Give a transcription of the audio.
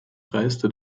reiste